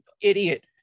idiot